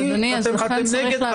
אדוני, אז לכן צריך להבין את המחיר.